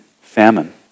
Famine